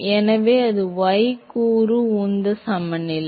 எனவே அதுவே y கூறு உந்த சமநிலை